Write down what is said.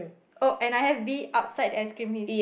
oh and I have bee outside the ice cream he's